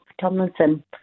Tomlinson